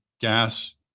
gas